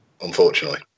unfortunately